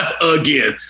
again